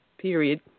Period